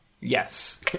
Yes